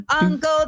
Uncle